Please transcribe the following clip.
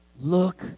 Look